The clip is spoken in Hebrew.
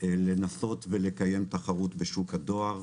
לנסות ולקיים תחרות בשוק הדואר.